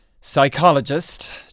Psychologist